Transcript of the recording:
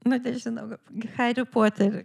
nu nežinau ga hary potery